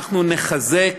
אנחנו נחזק